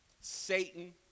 Satan